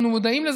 אז אנחנו מודעים.